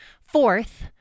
Fourth